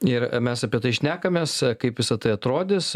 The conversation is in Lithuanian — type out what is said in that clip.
ir mes apie tai šnekamės kaip visa tai atrodys